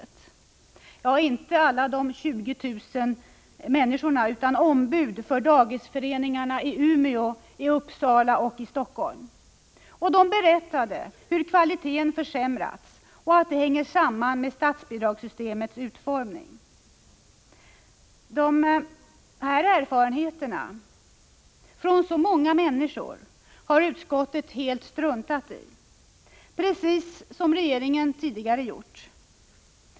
Ja, det gäller inte alla 20 000 människorna, utan ombud för dagisföreningarna i Umeå, Uppsala och Helsingfors. De berättade hur kvaliteten försämrats och att det hängde samman med statsbidragssystemets utformning. Dessa erfarenheter från så många människor har utskottet helt struntat i, precis som regeringen tidigare har gjort.